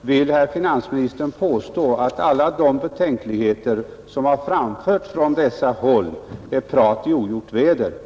vill herr finansministern påstå att alla de betänkligheter som har framförts från olika håll är prat i ogjort väder?